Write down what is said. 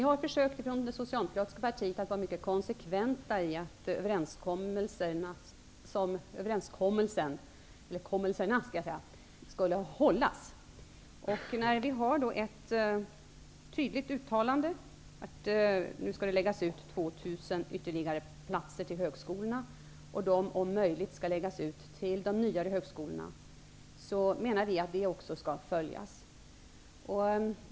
Herr talman! Vi i det socialdemokratiska partiet har försökt att vara mycket konsekventa i att överenskommelserna skall hållas. När vi då har ett tydligt uttalande att nu skall 2 000 ytterligare platser läggas ut till högskolorna, och att de om möjligt skall läggas ut till de nyare högskolorna, menar vi att det också skall följas.